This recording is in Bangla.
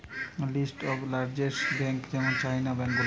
লিস্ট অফ লার্জেস্ট বেঙ্ক যেমন চাইনার ব্যাঙ্ক গুলা